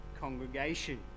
congregation